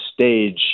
stage